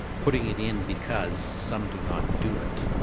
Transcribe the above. putting it in because some do not do it,